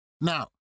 now